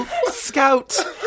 Scout